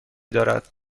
دارد